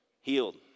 Healed